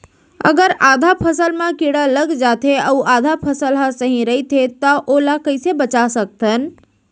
अगर आधा फसल म कीड़ा लग जाथे अऊ आधा फसल ह सही रइथे त ओला कइसे बचा सकथन?